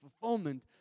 fulfillment